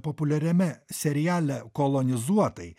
populiariame seriale kolonizuotai